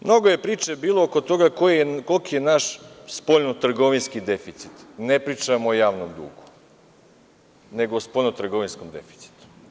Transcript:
Mnogo je priče bilo oko toga koliki je naš spoljno-trgovinski deficit, ne pričam o javnom dugu, nego o spoljno-trgovinskom deficitu.